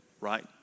right